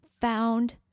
found